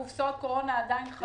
קופסאות הקורונה עדיין תקפות?